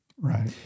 Right